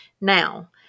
Now